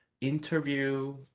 interview